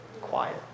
quiet